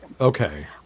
Okay